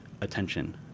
attention